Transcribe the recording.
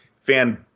fan